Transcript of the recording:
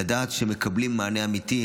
לדעת שמקבלים מענה אמיתי.